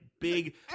big